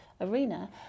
arena